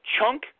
chunk